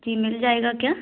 जी मिल जाएगा क्या